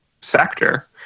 sector